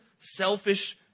selfish